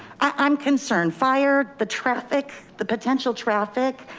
i'm concerned. fire, the traffic, the potential traffic.